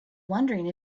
wondering